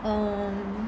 um